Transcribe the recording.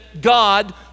God